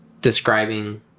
describing